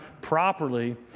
properly